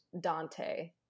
Dante